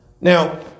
Now